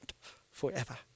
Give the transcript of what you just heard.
forever